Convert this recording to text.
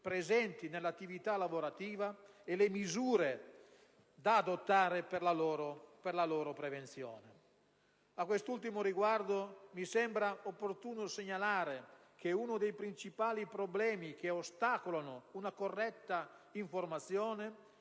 caratterizzano l'attività lavorativa e alle misure da adottare per la loro prevenzione. A quest'ultimo riguardo mi sembra opportuno segnalare che uno dei principali problemi che ostacolano una corretta informazione